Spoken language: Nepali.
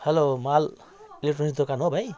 हेल्लो माल इलेक्ट्रोनिक्स दोकान हो भाइ